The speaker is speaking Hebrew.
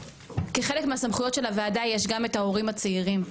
כחלק מהסמכויות של הוועדה יש גם את ההורים הצעירים,